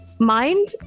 mind